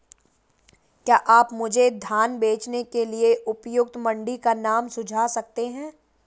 क्या आप मुझे धान बेचने के लिए उपयुक्त मंडी का नाम सूझा सकते हैं?